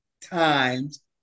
times